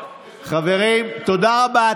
חברים, תודה רבה.